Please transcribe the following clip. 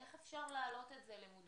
איך אפשר להעלות את זה למודעות,